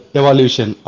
evolution